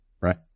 right